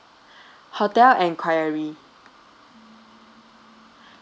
hotel enquiry